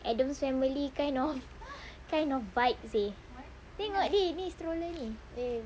adam family kind of vibe seh tengok ni ni stroller ni wait wait wait